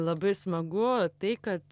labai smagu tai kad